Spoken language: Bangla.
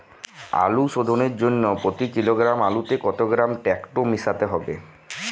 আলু শোধনের জন্য প্রতি কিলোগ্রাম আলুতে কত গ্রাম টেকটো মেশাতে হবে?